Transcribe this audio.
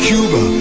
Cuba